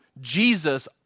Jesus